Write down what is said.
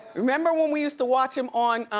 remember when we used to watch him on.